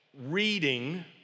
reading